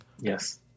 Yes